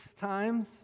times